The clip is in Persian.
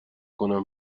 کنم